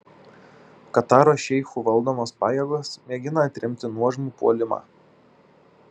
kataro šeichų valdomos pajėgos mėgina atremti nuožmų puolimą